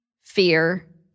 fear